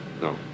No